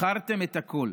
מכרתם את הכול.